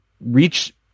reach